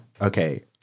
Okay